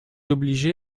obliger